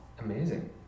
amazing